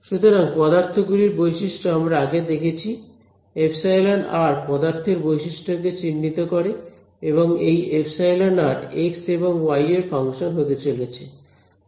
সুতরাং পদার্থগুলোর বৈশিষ্ট্য আমরা আগে দেখেছি ε পদার্থের বৈশিষ্ট্য কে চিহ্নিত করে এবং এই ε এক্স এবং ওয়াই এর ফাংশন হতে চলেছে